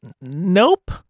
Nope